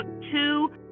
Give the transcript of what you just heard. two